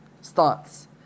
starts